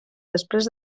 després